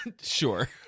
Sure